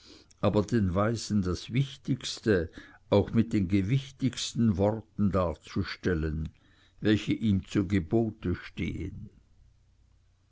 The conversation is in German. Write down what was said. aber den weisen das wichtigste auch mit den gewichtigsten worten darzustellen welche ihm zu gebote stehen